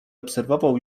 obserwował